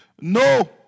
No